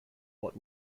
what